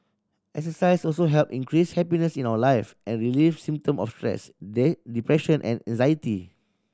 exercise also help increase happiness in our life and relieve symptom of stress they depression and anxiety